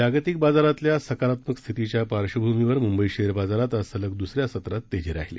जागतिक बाजारातल्या सकारात्मक स्थितीच्या पार्श्वभूमीवर मुंबई शेअर बाजारात आज सलग दुसऱ्या सत्रात तेजी राहिली